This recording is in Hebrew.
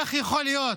איך יכול להיות